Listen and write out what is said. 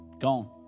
gone